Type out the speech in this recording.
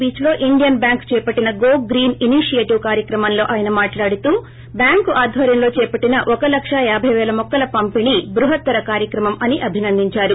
beach లో Indian bank చేపట్టిన go green initiative కార్యక్రమంలో ఆయన మాట్లాడుతూ బ్యాంకు అధ్వర్యంలో చేపట్టిన ఒక లక్ష యాబై వేల మొక్కల పంపిణి బృహత్తర కార్యక్రమం అని అభినందించారు